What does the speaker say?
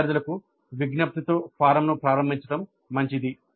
విద్యార్థులకు విజ్ఞప్తితో ఫారమ్ను ప్రారంభించడం మంచిది